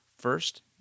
first